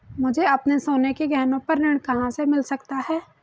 मुझे अपने सोने के गहनों पर ऋण कहां से मिल सकता है?